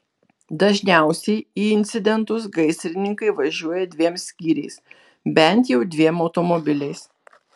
dažniausiai į incidentus gaisrininkai važiuoja dviem skyriais bent jau dviem automobiliais